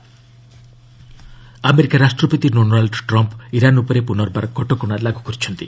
US Iran America ରାଷ୍ଟ୍ରପତି Donald Trump Iran ଉପରେ ପୁନର୍ବାର କଟକଣା ଲାଗୁ କରିଛନ୍ତି